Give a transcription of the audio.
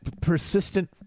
persistent